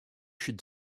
should